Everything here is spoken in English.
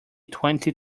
twenty